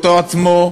אותו עצמו,